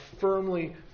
firmly